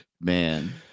man